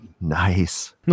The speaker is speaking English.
Nice